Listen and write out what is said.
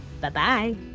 Bye-bye